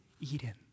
Eden